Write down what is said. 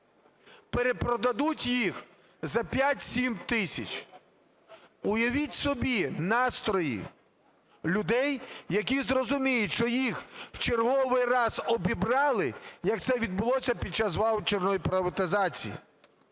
перепродадуть їх за 5-7 тисяч. Уявіть собі настрої людей, які зрозуміють, що їх в черговий раз обібрали, як це відбулося під час ваучерної приватизації.